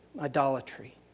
Idolatry